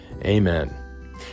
Amen